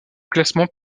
classement